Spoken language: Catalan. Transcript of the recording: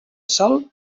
sal